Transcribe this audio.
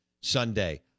Sunday